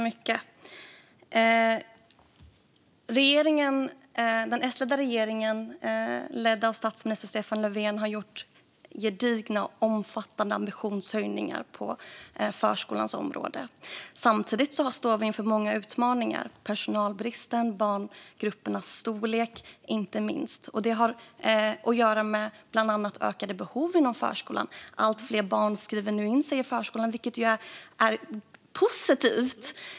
Fru talman! Den S-ledda regeringen, ledd av statsminister Stefan Löfven, har gjort gedigna och omfattande ambitionshöjningar på förskolans område. Samtidigt står vi inför många utmaningar, inte minst gäller det personalbristen och barngruppernas storlek. Det har att göra med bland annat ökade behov inom förskolan. Allt fler barn skrivs in på förskolan, vilket är positivt.